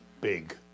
Big